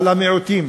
למיעוטים,